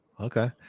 Okay